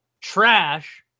trash